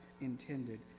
intended